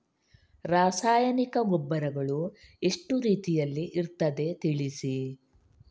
ರಾಸಾಯನಿಕ ಗೊಬ್ಬರಗಳು ಎಷ್ಟು ರೀತಿಯಲ್ಲಿ ಇರ್ತದೆ ತಿಳಿಸಿ?